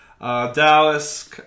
Dallas